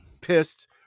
pissed